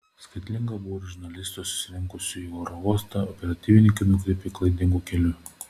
skaitlingą būrį žurnalistų susirinkusių į oro uostą operatyvininkai nukreipė klaidingu keliu